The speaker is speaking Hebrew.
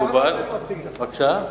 זה מקובל, כן.